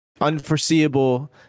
unforeseeable